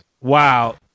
Wow